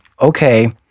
okay